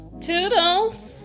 toodles